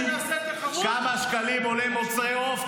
שקלים, כמה שקלים עולים מוצרי עוף.